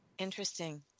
Interesting